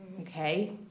Okay